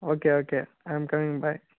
okay okay I am coming bye